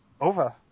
over